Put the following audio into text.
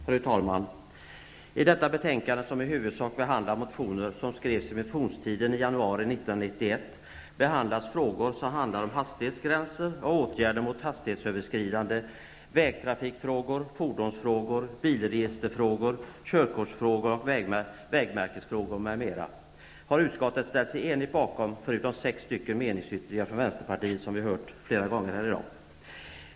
Fru talman! I detta betänkande där i huvudsak motioner behandlas som skrevs under motionstiden i januari 1991 behandlas frågor om hastighetsgränser och åtgärder för att motverka hastighetsöverskridande, vägtrafikfrågor, fordonsfrågor, bilregisterfrågor, körkortsfrågor, vägmärkesfrågor m.m. Utskottet har ställt sig bakom de olika förslagen förutom när det gäller sex meningsyttringar från vänsterpartiet som vi har hört talas om flera gånger här i dag.